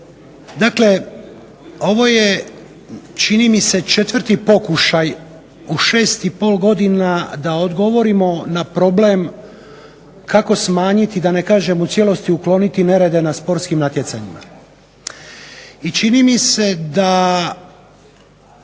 Dakle, ovo je čini mi se četvrti pokušaj u 6 i pol godina da odgovorimo na problem kako smanjiti, da ne kažem u cijelosti ukloniti nerede na sportskim natjecanjima i čini mi se da